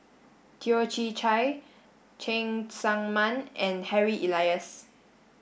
Toh Chin Chye Cheng Tsang Man and Harry Elias